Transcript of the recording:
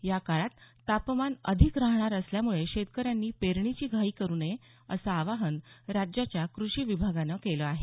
या काळात तापमान अधिक राहणार असल्यामुळे शेतकऱ्यांनी पेरणीची घाई करू नये असं आवाहन राज्याच्या कृषी विभागानं केलं आहे